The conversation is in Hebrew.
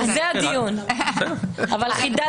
אנו מחויבים